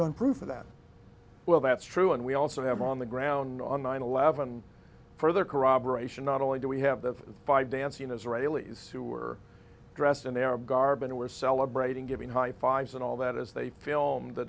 gun proof of that well that's true and we also have on the ground on nine eleven further corroboration not only do we have the five dancing israelis who were dressed in arab garb and were celebrating giving high fives and all that as they filmed the